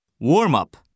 Warm-up